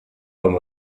and